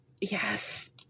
Yes